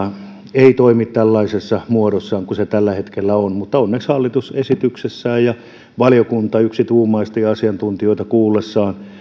ei toimi tällaisessa muodossa kuin se tällä hetkellä on mutta onneksi hallitus esityksessään ja valiokunta yksituumaisesti asiantuntijoita kuullessaan